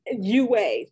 UA